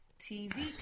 TV